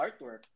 artwork